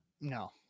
no